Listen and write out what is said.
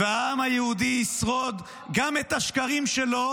והעם היהודי ישרוד גם את השקרים שלו,